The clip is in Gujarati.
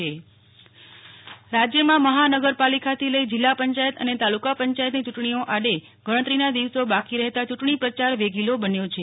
નેહલ ઠક્કર રાજ્ય ચૂંટણી રાજ્યમાં મહાનગરપાલિકાથી લઇ જીલ્લા પંચાયત અને તાલુકા પંચાયતની યૂંટણીઓ આડે ગણતરીના દિવસો બાકી રહેતાં યૂંટણી પ્રયાર વેગીલો બન્યો છે